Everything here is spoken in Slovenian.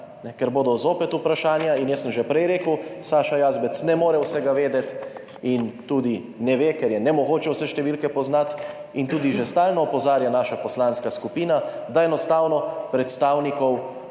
Ker bodo zopet vprašanja in jaz sem že prej rekel, Saša Jazbec ne more vsega vedeti in tudi ne ve, ker je nemogoče vse številke poznati. In tudi že stalno opozarja naša poslanska skupina, da enostavno predstavnikov